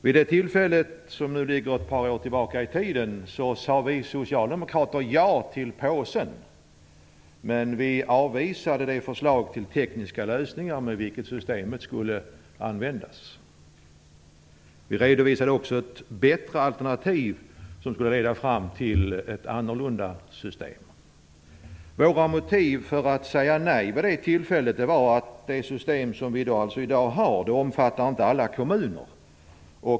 Vi det tillfället, som nu ligger ett par år tillbaka i tiden, sade vi socialdemokrater ja till "påsen", men vi avvisade det förslag till tekniska lösningar med vilket systemet skulle användas. Vi redovisade också ett bättre alternativ som skulle leda fram till ett annorlunda system. Våra motiv för att säga nej vid det tillfället var att det system som vi i dag har inte omfattar alla kommuner.